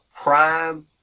prime